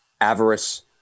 Avarice